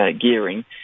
gearing